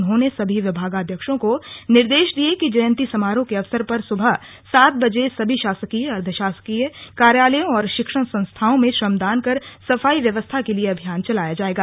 उन्होंने सभी विभागाध्यक्षों को निर्देश दिये कि जयंती समारोह के अवसर पर सुबह सात बजे सभी शासकीय अर्द्ध शासकीय कार्यालयों शिक्षण संस्थाओं में श्रमदान कर सफाई व्यवस्था के लिए अभियान चलाया जायेगा